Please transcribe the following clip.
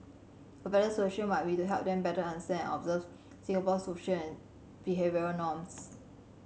a better solution might be to help them better understand and observe Singapore's social and behavioural norms